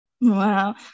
Wow